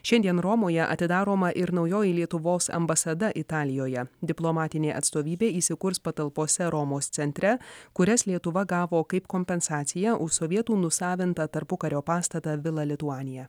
šiandien romoje atidaroma ir naujoji lietuvos ambasada italijoje diplomatinė atstovybė įsikurs patalpose romos centre kurias lietuva gavo kaip kompensaciją už sovietų nusavintą tarpukario pastatą vila lituanija